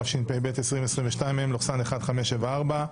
התשפ"ב-2022 (מ/1574).